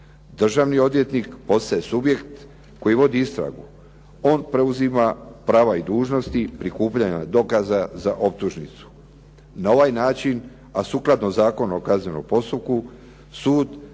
Državni odvjetnik postaje subjekt koji vodi istragu. On preuzima prava i dužnosti prikupljanja dokaza za optužnicu. Na ovaj način, a sukladno Zakonu o kaznenom postupku, sud